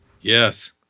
Yes